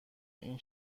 این